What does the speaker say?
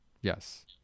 Yes